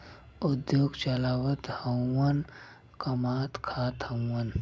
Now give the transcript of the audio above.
उद्योग चलावत हउवन कमात खात हउवन